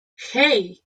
hey